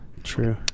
True